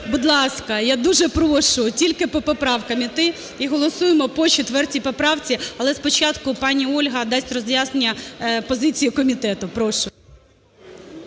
Будь ласка, я дуже прошу тільки по поправкам іти. І голосуємо по 4 поправці. Але спочатку пані Ольга дасть роз'яснення позиції комітету, прошу.